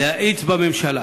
היא להאיץ בממשלה